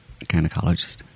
gynecologist